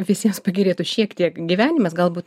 visiems pagerėtų šiek tiek gyvenimas galbūt